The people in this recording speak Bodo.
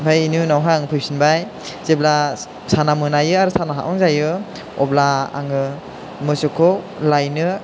ओमफ्राय इनि उनावहाय आं फैफिनबाय जेब्ला साना मोनायो आरो सान हाबहां जायो अब्ला आङो मोसौखौ लायनो